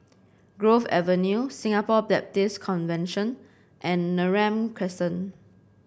Grove Avenue Singapore Baptist Convention and Neram Crescent